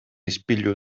ispilu